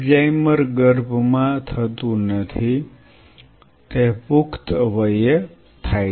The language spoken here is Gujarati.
અલ્ઝાઇમર ગર્ભ માં થતું નથી તે પુખ્ત વયે થાય છે